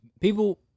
People